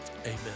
Amen